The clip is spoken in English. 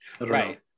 Right